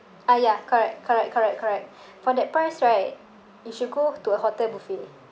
ah ya correct correct correct correct for that price right you should go to a hotel buffet